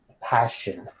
passion